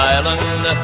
Island